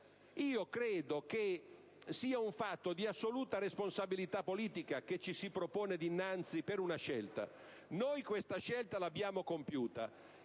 Io credo che sia un fatto di assoluta responsabilità politica che ci si propone dinnanzi per una scelta. Noi questa scelta l'abbiamo compiuta,